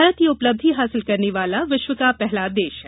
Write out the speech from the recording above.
भारत यह उपलब्धि हासिल करने वाला विश्व का पहला देश है